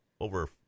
over